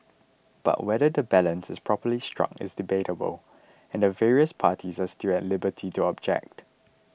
but whether the balance is properly struck is debatable and the various parties are still at liberty to object